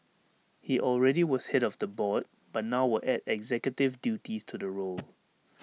he already was Head of the board but now will add executive duties to the role